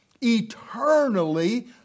eternally